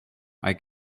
hay